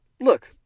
Look